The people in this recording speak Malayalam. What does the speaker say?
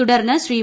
തുടർന്ന് ശ്രീ